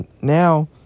now